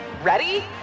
Ready